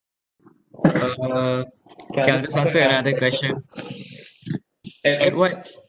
uh K I'll just answer another question at what